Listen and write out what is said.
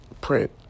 Print